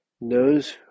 knows